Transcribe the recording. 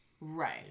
Right